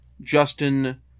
Justin